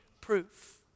proof